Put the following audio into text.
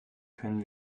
können